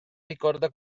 ricorda